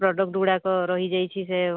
product ଗୁଡ଼ାକ ରହିଯାଇଛି ସେ